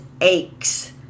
aches